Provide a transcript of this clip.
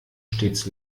stets